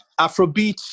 Afrobeat